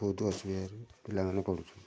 ବହୁତ ଅସୁବିଧାରେ ପିଲାମାନେ ପଡ଼ୁଛନ୍ତି